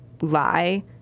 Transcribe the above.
lie